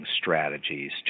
strategies